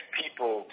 people